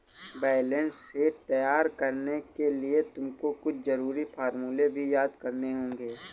balance sheet तैयार करने के लिए तुमको कुछ जरूरी फॉर्मूले भी याद करने होंगे